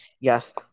Yes